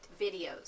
videos